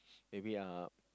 maybe uh